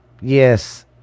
Yes